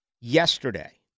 Yesterday